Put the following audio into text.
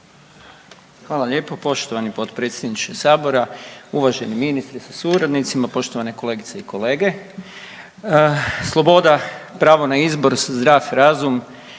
Hvala lijepo. Poštovani potpredsjedniče Sabora, uvaženi ministre sa suradnicima, poštovane kolegice i kolege. Sloboda, pravo na izbor, zdrav razum,